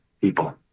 people